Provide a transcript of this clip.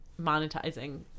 monetizing